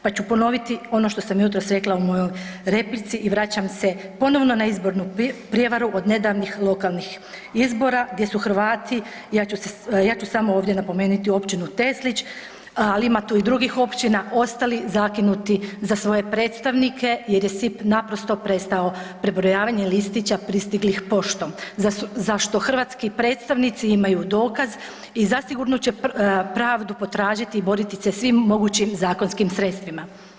Pa ću ponoviti ono što sam jutros rekla u mojoj replici i vraćam se ponovo na izbornu prijevaru od nedavnih lokalnih izbora gdje su Hrvati, ja ću se, ja ću samo ovdje napomenuti općinu Teslić, ali ima tu i drugih općina, ostali zakinuti za svoje predstavnike jer je SIP naprosto prestao prebrojavanje listića pristiglih poštom za što hrvatski predstavnici imaju dokaz i zasigurno će pravdu potražiti i boriti se svim mogućim zakonskim sredstvima.